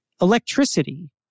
Electricity